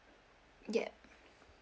ya